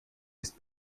ist